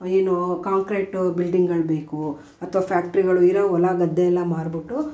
ಏನೂ ಕಾಂಕ್ರೇಟು ಬಿಲ್ಡಿಂಗಳು ಬೇಕು ಅಥ್ವಾ ಫ್ಯಾಕ್ಟ್ರಿಗಳು ಇರೋ ಹೊಲ ಗದ್ದೆ ಎಲ್ಲ ಮಾರಿಬಿಟ್ಟು